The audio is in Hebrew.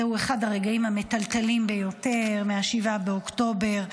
זהו אחד הרגעים המטלטלים ביותר מ-7 באוקטובר,